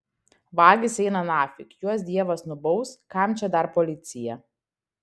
vagys eina nafig juos dievas nubaus kam čia dar policija